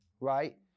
right